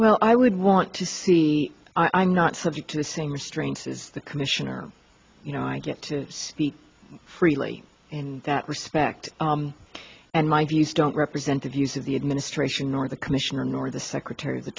well i would want to see i'm not subject to the same restraints is the commissioner you know i get to speak freely in that respect and my views don't represent the views of the administration or the commission or nor the secretary of the